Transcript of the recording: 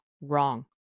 wrong